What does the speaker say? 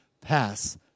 pass